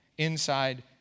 Inside